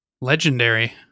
Legendary